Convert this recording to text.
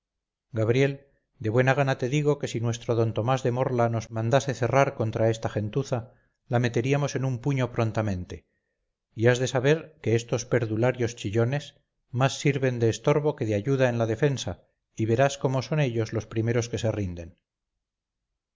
gabriel de buena gana te digo que si nuestro d tomás de morla nos mandase cerrar contra esta gentuza la meteríamos en un puño prontamente y has de saber que estos perdularios chillones más sirven de estorbo que de ayuda en la defensa y verás cómo son ellos los primeros que se rinden